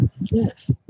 Yes